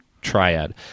triad